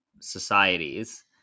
societies